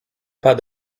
pas